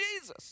Jesus